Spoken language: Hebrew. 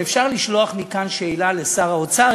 אם אפשר לשלוח מכאן שאלה לשר האוצר,